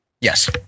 Yes